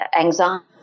anxiety